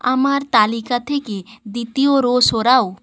আমার তালিকা থেকে দ্বিতীয় রো সরাও